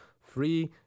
Free